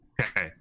okay